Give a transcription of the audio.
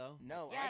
No